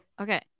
Okay